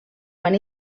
van